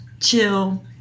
chill